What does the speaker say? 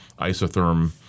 isotherm